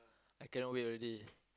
I cannot wait already